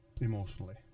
emotionally